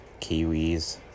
kiwis